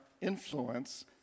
influence